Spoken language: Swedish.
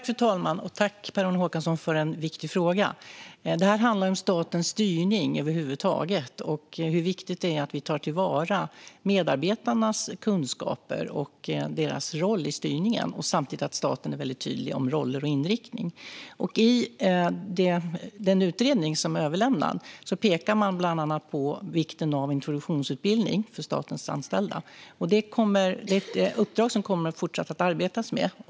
Fru talman! Tack, Per-Arne Håkansson, för en viktig fråga! Det här handlar om statens styrning över huvud taget och om hur viktigt det är att vi tar till vara medarbetarnas kunskaper och roll i styrningen och samtidigt att staten är tydlig om roller och inriktning. I den utredning som överlämnats pekar man bland annat på vikten av introduktionsutbildning för statens anställda. Det är ett uppdrag som man kommer att fortsätta arbeta med.